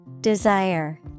Desire